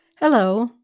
Hello